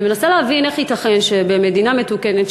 אני מנסה להבין איך ייתכן שבמדינה מתוקנת,